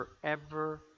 forever